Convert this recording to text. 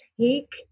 take